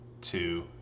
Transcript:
Two